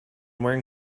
wearing